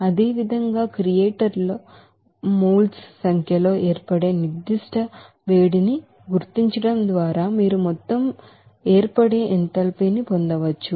అదేవిధంగా క్రియేటర్లలో మోల్స్ సంఖ్యతో ఏర్పడే నిర్దిష్ట వేడిని గుణించడం ద్వారా మీరు మొత్తం ఏర్పడే ఎంథాల్పీని పొందవచ్చు